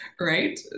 right